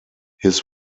his